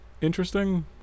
interesting